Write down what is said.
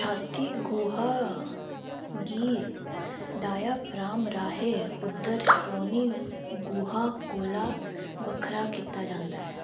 छाती गोहा गी डायाफ्राम राहें उदर श्रोणि गोहा कोला बक्खरा कीता जांदा ऐ